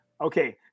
Okay